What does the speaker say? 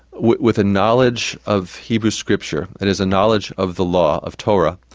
with with a knowledge of hebrew scripture, that is, a knowledge of the law, of torah,